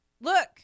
look